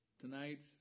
tonight